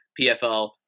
PFL